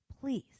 Please